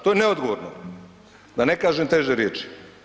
To je neodgovorno, da ne kažem teže riječi.